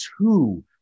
two